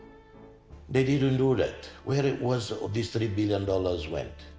they didn't do that, where it was these three billion dollars went?